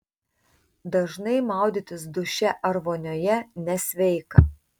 dažnai maudytis duše ar vonioje nesveika